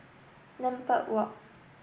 Lambeth Walk